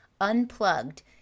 Unplugged